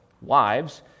Wives